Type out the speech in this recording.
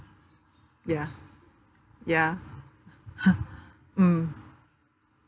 ya ya mm